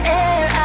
air